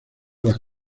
las